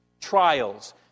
Trials